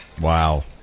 Wow